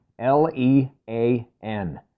L-E-A-N